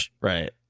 Right